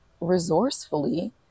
resourcefully